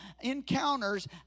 encounters